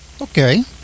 Okay